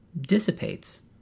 dissipates